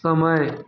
समय